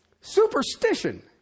Superstition